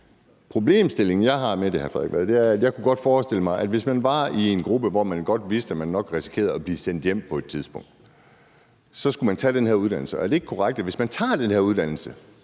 forestille mig, at hvis man var i en gruppe, hvor man godt vidste, at man nok risikerede at blive sendt hjem på et tidspunkt, skulle man tage den her uddannelse. Er det ikke korrekt, at tager man den her uddannelse,